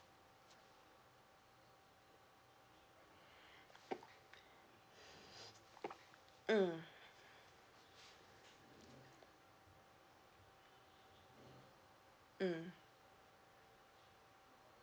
mm mm